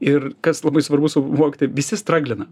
ir kas labai svarbu suvokti visi straglina